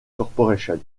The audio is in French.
corporation